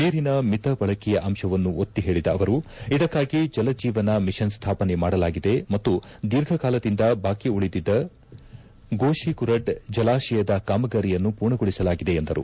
ನೀರಿನ ಮಿತ ಬಳಕೆಯ ಅಂಶವನ್ನು ಒತ್ತಿ ಹೇಳಿದ ಅವರು ಇದಕ್ಕಾಗಿ ಜಲಜೀವನ ಮಿಷನ್ ಸ್ಥಾಪನೆ ಮಾಡಲಾಗಿದೆ ಮತ್ತು ದೀರ್ಘಕಾಲದಿಂದ ಬಾಕಿ ಉಳಿದಿದ್ದ ಗೋಶಿಕುರಡ್ ಜಲಾಶಯದ ಕಾಮಗಾರಿಯನ್ನು ಮೂರ್ಣಗೊಳಿಸಲಾಗಿದೆ ಎಂದರು